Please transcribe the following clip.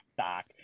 stock